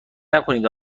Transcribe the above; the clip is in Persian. نکنید